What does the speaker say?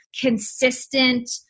consistent